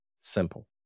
simple